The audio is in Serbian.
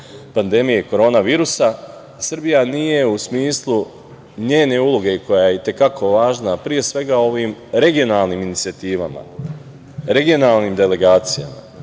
pandemije koronavirusa Srbija nije u smislu njene uloge, koja je i te kako važna, a pre svega ovim regionalnim inicijativama, regionalnim delegacijama,